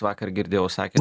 vakar girdėjau sakė